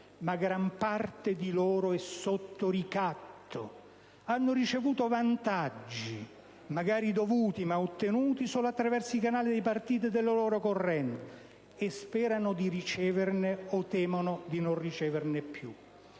Ma gran parte di loro è sotto ricatto. Hanno ricevuto vantaggi (magari dovuti, ma ottenuti solo attraverso i canali dei partiti e delle loro correnti) e sperano di riceverne, o temono di non riceverne più".